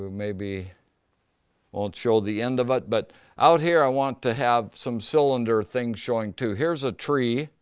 maybe won't show the end of it, but out here, i want to have some cylinder things showing too. here's a tree.